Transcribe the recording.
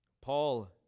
Paul